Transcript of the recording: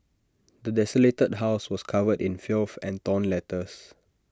the desolated house was covered in filth and torn letters